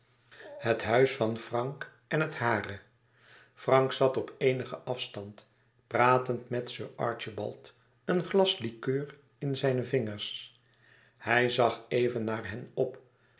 het huis van frank en het hare frank zat op eenigen afstand pratend met sir archibald een glas liqueur in zijne vingers hij zag even naar hen op